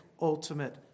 ultimate